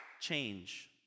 Change